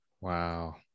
Wow